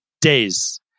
days